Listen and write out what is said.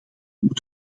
moet